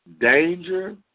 danger